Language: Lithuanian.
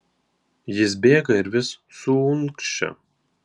jis bėga ir vis suunkščia